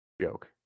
joke